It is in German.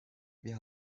wir